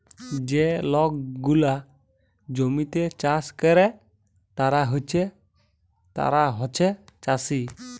যে লক গুলা জমিতে চাষ ক্যরে তারা হছে চাষী